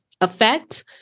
effect